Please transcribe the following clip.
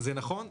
זה נכון.